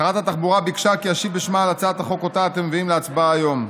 שרת התחבורה ביקשה כי אשיב בשמה על הצעת החוק שאתם מביאים להצבעה היום.